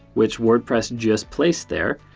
which wordpress just placed there.